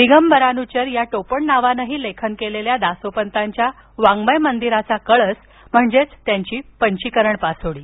दिगंबरानुचर या टोपणनावानंही लेखन केलेल्या दासोपंतांच्या वाङ्वय मंदिराचा कळस म्हणजे त्यांची पंचीकरण पासोडी